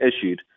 issued